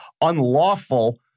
unlawful